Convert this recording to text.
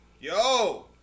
Yo